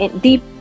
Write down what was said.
deep